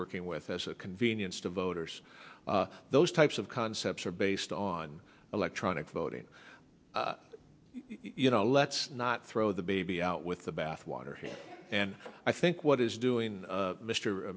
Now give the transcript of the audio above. working with as a convenience to voters those types of concepts are based on electronic voting you know let's not throw the baby out with the bathwater here and i think what is doing mr mr